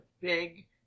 big